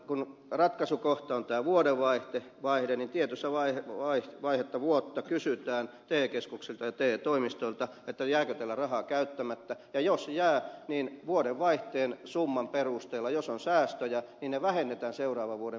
kun ratkaisukohta on tämä vuodenvaihde niin tietyssä vaiheessa vuotta kysytään te keskuksilta ja te toimistoilta jääkö teillä rahaa käyttämättä ja jos jää niin vuodenvaihteen summan perusteella jos on säästöjä ne vähennetään seuraavan vuoden määrärahoista